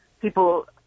people